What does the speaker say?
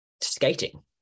skating